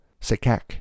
Sekak